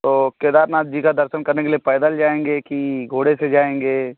तो केदारनाथ जी का दर्शन करने के लिए पैदल जाएँगे कि घोड़े से जाएँगे